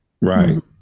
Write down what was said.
right